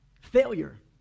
Failure